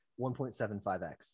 1.75x